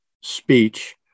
speech